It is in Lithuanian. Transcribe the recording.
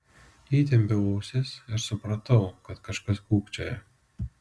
įtempiau ausis ir supratau kad kažkas kūkčioja